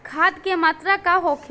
खाध के मात्रा का होखे?